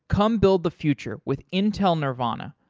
come build the future with intel nervana.